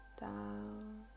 down